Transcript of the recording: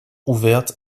ouverte